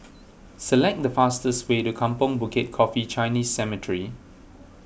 select the fastest way to Kampong Bukit Coffee Chinese Cemetery